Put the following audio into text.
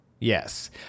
Yes